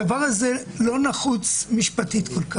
הדבר הזה לא נחוץ כל כך משפטית.